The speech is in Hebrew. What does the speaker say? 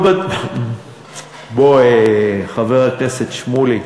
בוא, חבר הכנסת שמולי,